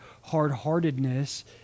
hard-heartedness